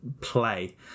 play